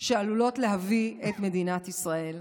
שהן עלולות להביא אליהן את מדינת ישראל.